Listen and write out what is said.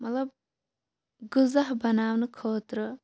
مَطلَب غذا بَناونہٕ خٲطرٕ